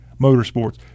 Motorsports